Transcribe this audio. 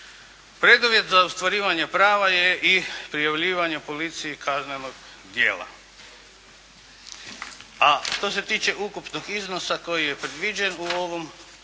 Preduvjet za ostvarivanje prava je i prijavljivanje policiji kaznenog djela, a što se tiče ukupnog iznosa, to je predviđen u ovom,